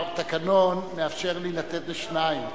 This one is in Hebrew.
התקנון מאפשר לי לתת לשניים.